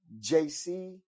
JC